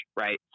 Right